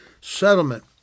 settlement